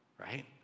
right